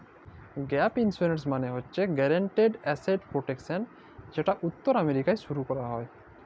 gap insurance মালে হছে guaranteed asset protection যেট উত্তর আমেরিকায় শুরু ক্যরা হ্যয়